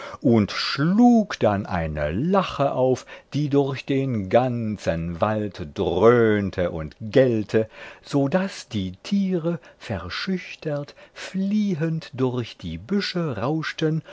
und schlug dann eine lache auf die durch den ganzen wald dröhnte und gellte so daß die tiere verschüchtert fliehend durch die büsche rauschten